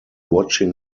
watching